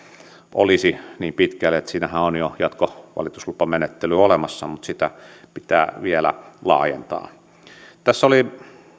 olisi niin pitkälle siinähän on jo jatkovalituslupamenettely olemassa mutta sitä pitää vielä laajentaa tässä oli